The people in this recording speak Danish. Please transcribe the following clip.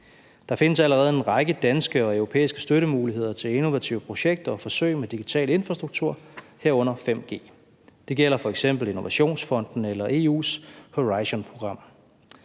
Der findes allerede en række danske og europæiske støttemuligheder til innovative projekter og forsøg med digital infrastruktur, herunder 5G. Det gælder f.eks. Innovationsfonden og EU's Horizon 2020-program.